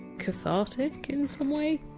cathartic, in some way?